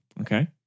Okay